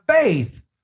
faith